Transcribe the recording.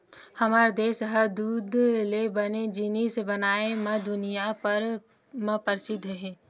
हमर देस ह दूद ले बने जिनिस बनाए म दुनिया म परसिद्ध हे